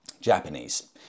Japanese